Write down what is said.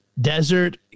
desert